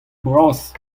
bras